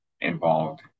involved